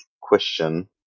question